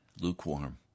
lukewarm